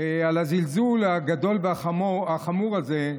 על הזלזול הגדול והחמור הזה,